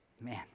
man